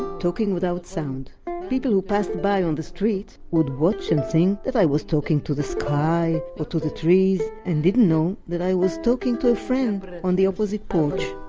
talking without sound people who passed by on the street would watch and think that i was talking to the sky or to the trees, and didn't know that i was talking to a friend but on the opposite porch